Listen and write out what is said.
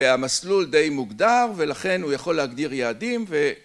המסלול די מוגדר ולכן הוא יכול להגדיר יעדים